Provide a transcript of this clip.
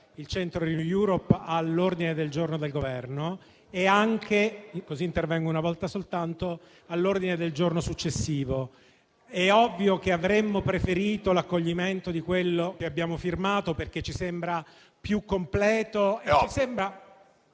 Il Centro - Renew sull'ordine del giorno G6.1 (testo 3) e anche - così intervengo una sola volta - sull'ordine del giorno successivo. È ovvio che avremmo preferito l'accoglimento di quello che abbiamo firmato, perché ci sembra più completo.